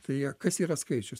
tai jie kas yra skaičius